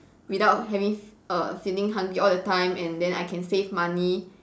without having err feeling hungry all the time and then I can save money